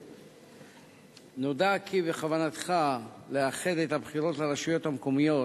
נודע כי בכוונתך לאחד את הבחירות לרשויות המקומיות